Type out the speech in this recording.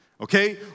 okay